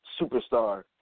superstar